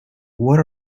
what